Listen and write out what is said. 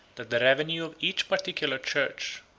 that the revenue of each particular church,